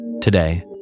Today